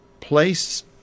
place